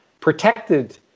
protected